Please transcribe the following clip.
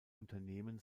unternehmen